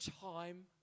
time